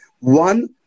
one